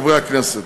הכנסת,